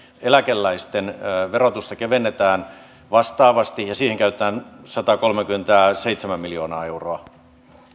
eläkeläisten verotusta kevennetään vastaavasti ja siihen käytetään satakolmekymmentäseitsemän miljoonaa euroa